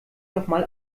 nochmal